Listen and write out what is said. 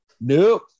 Nope